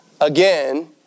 again